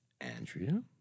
Andrea